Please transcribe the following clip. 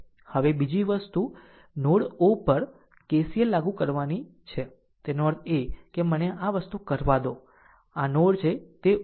હવે બીજી વસ્તુ નોડ o પર KCL લાગુ કરવાની છે એનો અર્થ છે કે મને આ વસ્તુ કરવા દો આ r નોડ છે તે o છે